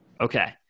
Okay